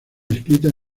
escritas